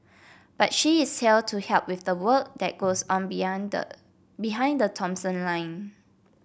but she is here to help with the work that goes on beyond the behind the Thomson line